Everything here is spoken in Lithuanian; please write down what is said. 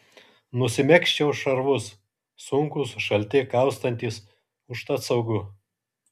nusimegzčiau šarvus sunkūs šalti kaustantys užtat saugu